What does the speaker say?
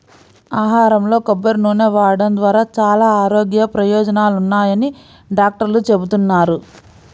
ఆహారంలో కొబ్బరి నూనె వాడటం ద్వారా చాలా ఆరోగ్య ప్రయోజనాలున్నాయని డాక్టర్లు చెబుతున్నారు